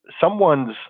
someone's